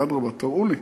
אדרבה, תראו לי.